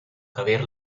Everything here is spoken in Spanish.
javier